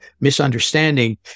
misunderstanding